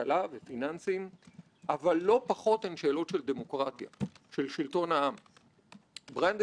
האמירה הזאת מבחינתי היא הציווי שלאורו אנחנו צריכים ללכת אם